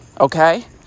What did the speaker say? Okay